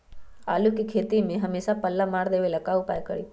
आलू के खेती में हमेसा पल्ला मार देवे ला का उपाय करी?